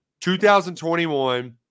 2021 –